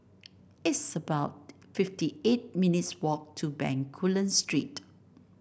it's about fifty eight minutes' walk to Bencoolen Street